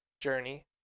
journey